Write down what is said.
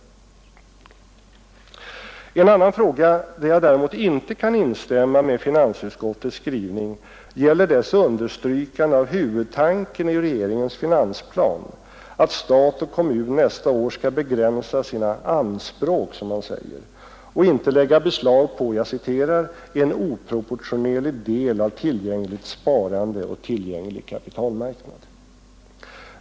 En annan fråga, där jag däremot inte kan instämma med finansutskottets skrivning, gäller dess understrykande av huvudtanken i regeringens finansplan att stat och kommun nästa budgetår skall begränsa sina ”anspråk” — som man säger — och inte lägga beslag på ”en oproportionerlig del av tillgängligt sparande och tillgänglig kapitalmarknad”.